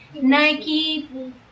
Nike